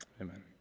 Amen